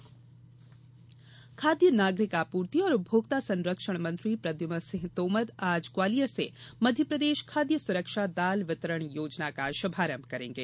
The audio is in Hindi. खाद्य वितरण खाद्य नागरिक आपूर्ति और उपभोक्ता संरक्षण मंत्री प्रद्युमन सिंह तोमर आज ग्वालियर से मध्यप्रदेश खाद्य सुरक्षा दाल वितरण योजना का शुभारंभ करेंगे